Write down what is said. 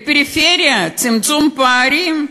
לפריפריה, צמצום פערים?